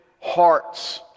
hearts